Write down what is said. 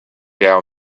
down